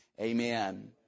Amen